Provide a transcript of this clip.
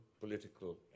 political